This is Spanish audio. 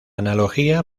analogía